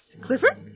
Clifford